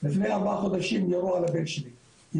לפני ארבעה חודשים ירו על הבן שלי,